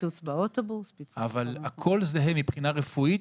אבל הכול זהה מבחינה רפואית.